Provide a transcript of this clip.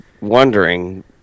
wondering